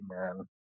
man